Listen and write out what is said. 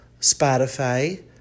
Spotify